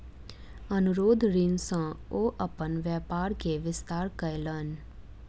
अनुरोध ऋण सॅ ओ अपन व्यापार के विस्तार कयलैन